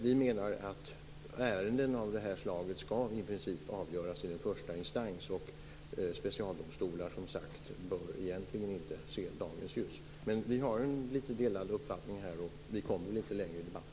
Vi menar dock att ärenden av det här slaget i princip skall avgöras i första instans och att specialdomstolar, som sagt, egentligen inte bör se dagens ljus. Vi har en lite delad uppfattning här, och vi kommer väl inte längre i debatten.